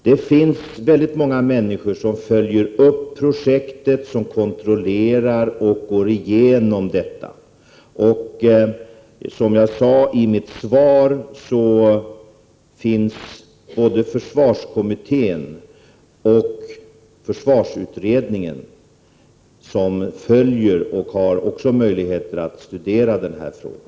Det finns många människor som följer upp projektet och kontrollerar och går igenom det. Som jag sade i mitt svar följer både försvarsutredningen och försvarskommittén detta, och de har också möjligheter att studera den här frågan.